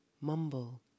mumble